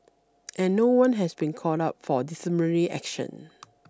and no one has been called up for disciplinary action